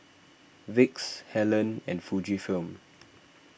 Vicks Helen and Fujifilm